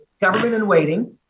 government-in-waiting